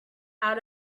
out